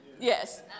yes